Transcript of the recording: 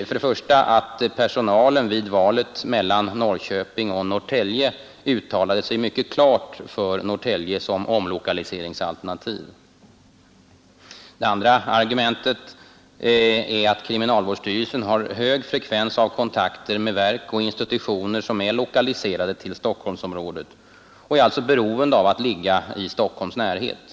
För det första har personalen vid valet mellan Norrköping och Norrtälje uttalat sig mycket klart för Norrtälje som omlokaliseringsalternativ. För det andra har kriminalvårdsstyrelsen hög frekvens av kontakter med verk och institutioner som är lokaliserade till Stockholmsområdet och är alltså beroende av att ligga i Stockholms närhet.